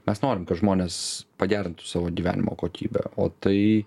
mes norim kad žmonės pagerintų savo gyvenimo kokybę o tai